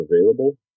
available